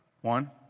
One